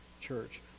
church